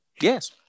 Yes